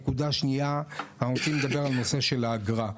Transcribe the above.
הנקודה השנייה, הנושא של האגרה.